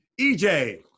EJ